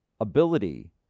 ability